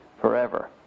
forever